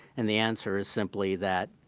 and the answer is simply that,